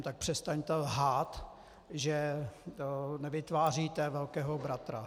Tak přestaňte lhát, že nevytváříte velkého bratra.